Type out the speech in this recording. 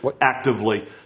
actively